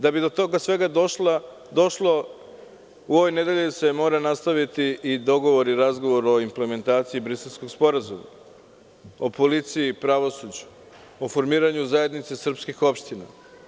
Da bi do toga svega došlo u ovoj nedelji se mora nastaviti i dogovor i razgovor o implementaciji Briselskog sporazuma, o policiji i pravosuđu, o formiranju zajednice srpskih opština.